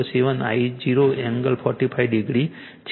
707 I0 angle 45 degree છે